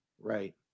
Right